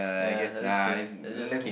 ya let's just skip